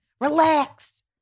Relax